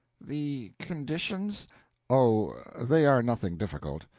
the conditions oh, they are nothing difficult.